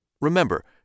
Remember